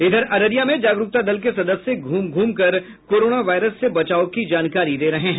इधर अररिया में जागरूकता दल के सदस्य घूम घूम कर कोरोना वायरस से बचाव की जानकारी दे रहे हैं